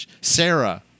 Sarah